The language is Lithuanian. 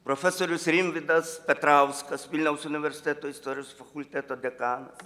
profesorius rimvydas petrauskas vilniaus universiteto istorijos fakulteto dekanas